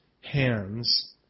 hands